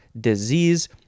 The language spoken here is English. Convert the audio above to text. disease